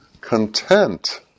content